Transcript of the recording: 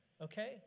okay